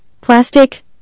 plastic